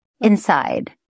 inside